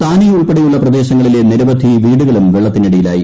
താനെ ഉൾപ്പെടെയുള്ള പ്രദേശങ്ങളിലെ നിരവധി വീടുകളും വെള്ളത്തിനടിയിലായി